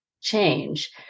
change